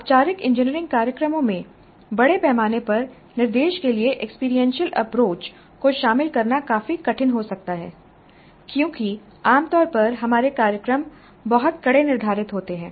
औपचारिक इंजीनियरिंग कार्यक्रमों में बड़े पैमाने पर निर्देश के लिए एक्सपीरियंशियल अप्रोच को शामिल करना काफी कठिन हो सकता है क्योंकि आमतौर पर हमारे कार्यक्रम बहुत कड़े निर्धारित होते हैं